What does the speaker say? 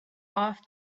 off